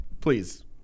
please